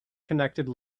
connected